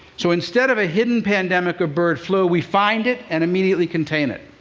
so instead of a hidden pandemic of bird flu, we find it and immediately contain it.